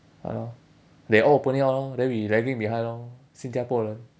ya lor they all opening up lor then we lagging behind lor 新加坡人